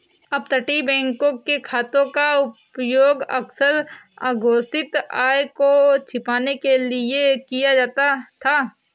अपतटीय बैंकों के खातों का उपयोग अक्सर अघोषित आय को छिपाने के लिए किया जाता था